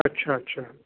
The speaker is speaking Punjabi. ਅੱਛਾ ਅੱਛਾ